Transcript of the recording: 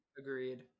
Agreed